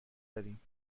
داریم